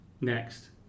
Next